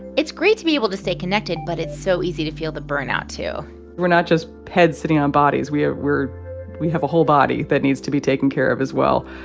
it's great to be able to stay connected, but it's so easy to feel the burnout, too we're not just heads sitting on bodies. we're we're we have a whole body that needs to be taken care of as well,